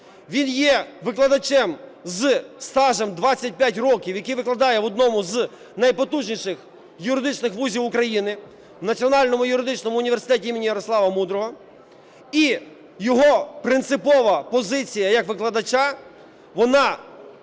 Він є викладачем зі стажем 25 років, який викладає в одному з найпотужніших юридичних вузів України – в Національному юридичному університеті імені Ярослава Мудрого. І його принципова позиція як викладача, вона,